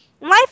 Life